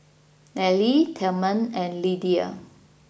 Ally Tilman and Lidia